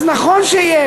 אז נכון שתהיה